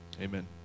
Amen